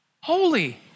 Holy